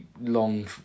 long